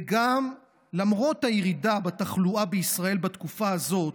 ולמרות הירידה בתחלואה בישראל בתקופה הזאת,